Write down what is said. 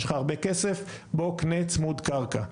יש לך הרבה כסף, בוא קנה צמוד קרקע.